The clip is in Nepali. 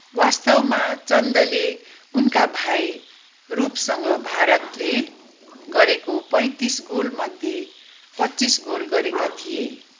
वास्तवमा चन्दले उनका भाइ रूपसँग भारतले गरेको पैँतिस गोलमध्ये पच्चिस गोल गरेका थिए